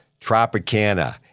Tropicana